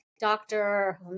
doctor